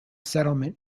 settlement